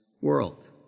world